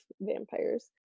vampires